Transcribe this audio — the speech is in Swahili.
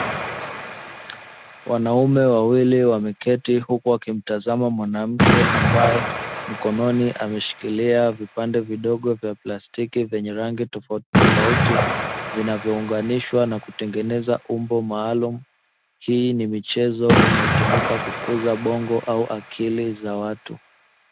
Wanaume wawili wameketi huku wakimtazama mwanamke ambaye mkononi ameshikilia vipande vidogo vya plastiki vyenye rangi tofautitofauti, vinavyounganishwa na kutengeneza umbo maalum hii ni michezo inayotumika kukuza bongo au akili za watu.